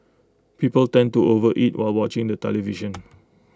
people tend to overeat while watching the television